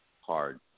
hard